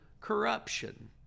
corruption